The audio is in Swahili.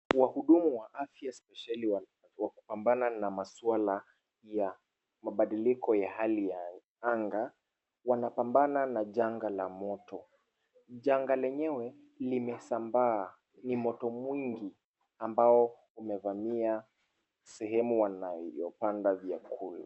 Wahudumu wa afya spesheli wa kupambana na masuala ya mabadiliko ya hali ya anga, wanapambana na janga la moto. Janga lenyewe, limesambaa. Ni moto mwingi ambao umevamia sehemu wanayopanda vyakula.